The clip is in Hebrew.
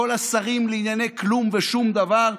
כל השרים לענייני כלום ושום דבר,